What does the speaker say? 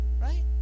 Right